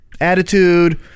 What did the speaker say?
Attitude